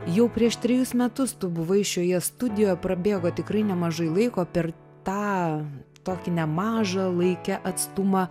jau prieš trejus metus tu buvai šioje studijoj prabėgo tikrai nemažai laiko per tą tokį nemažą laike atstumą